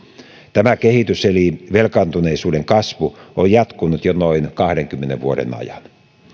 tämä kehitys eli velkaantuneisuuden kasvu on jatkunut jo noin kahdenkymmenen vuoden ajan